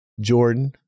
Jordan